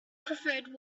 preferred